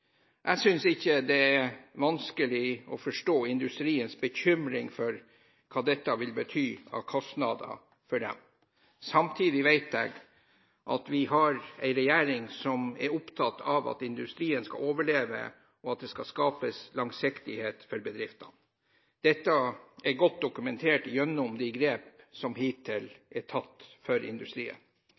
Jeg synes ikke det er vanskelig å forstå industriens bekymring for hva dette vil bety av kostnader for dem. Samtidig vet jeg at vi har en regjering som er opptatt av at industrien skal overleve, og at det skal skapes langsiktighet for bedriftene. Dette er godt dokumentert gjennom de grep som hittil er tatt for industrien.